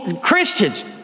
Christians